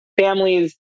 Families